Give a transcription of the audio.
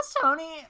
Tony